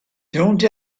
don’t